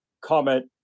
comment